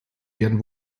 werden